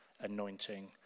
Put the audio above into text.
anointing